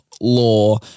law